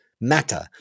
matter